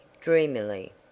dreamily